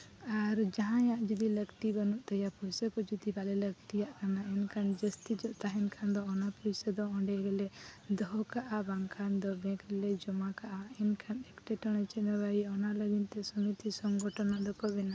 ᱟᱨ ᱡᱟᱦᱟᱸᱭᱟᱜ ᱡᱩᱫᱤ ᱞᱟᱹᱠᱛᱤ ᱵᱟᱹᱱᱩᱜ ᱛᱟᱭᱟ ᱯᱚᱭᱥᱟᱠᱚ ᱡᱩᱫᱤ ᱵᱟᱞᱮ ᱞᱟᱹᱠᱛᱤᱭᱟᱜ ᱠᱟᱱᱟ ᱮᱱᱠᱷᱟᱱ ᱡᱟᱹᱥᱛᱤ ᱧᱚᱜ ᱛᱟᱦᱮᱱ ᱠᱷᱟᱱ ᱫᱚ ᱚᱱᱟ ᱯᱚᱭᱥᱟ ᱫᱚ ᱚᱸᱰᱮ ᱜᱮᱞᱮ ᱫᱚᱦᱚ ᱠᱟᱜᱼᱟ ᱵᱟᱝᱠᱷᱟᱱ ᱫᱚ ᱵᱮᱝᱠ ᱨᱮᱞᱮ ᱡᱚᱢᱟ ᱠᱟᱜᱼᱟ ᱮᱱᱠᱷᱟᱱ ᱮᱸᱴᱠᱮᱴᱚᱬᱮ ᱪᱮᱫ ᱦᱚᱸ ᱵᱟᱭ ᱦᱩᱭᱩᱜᱼᱟ ᱚᱱᱟ ᱞᱟᱹᱜᱤᱫ ᱛᱮ ᱥᱚᱢᱤᱛᱤ ᱥᱚᱝᱜᱚᱴᱷᱚᱱ ᱠᱚ ᱵᱮᱱᱟᱣᱟ